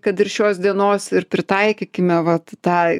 kad ir šios dienos ir pritaikykime vat tai